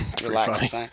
relax